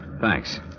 Thanks